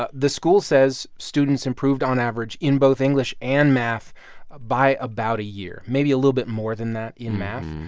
ah the school says students improved on average in both english and math ah by about a year, maybe a little bit more than that in math.